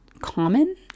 common